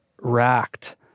racked